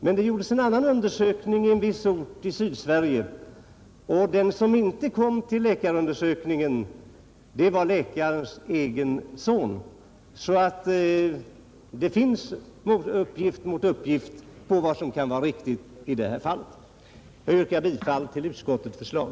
Men det har gjorts en annan undersökning på en viss ort i Sydsverige, och den som inte kom till läkarundersökningen där, det var läkarens egen son. Här står alltså uppgift mot uppgift om vad som kan vara riktigt. Jag yrkar bifall till utskottets förslag.